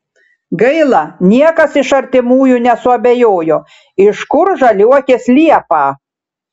gaila niekas iš artimųjų nesuabejojo iš kur žaliuokės liepą